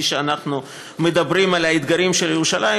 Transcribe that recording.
שאנחנו מדברים על האתגרים של ירושלים,